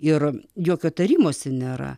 ir jokio tarimosi nėra